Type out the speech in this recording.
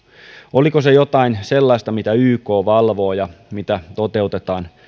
oliko se jotain sellaista mitä yk valvoo ja mitä toteutetaan